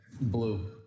blue